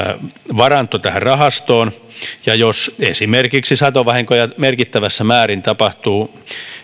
varanto tähän rahastoon ja jos esimerkiksi satovahinkoja merkittävässä määrin tapahtuu